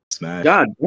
God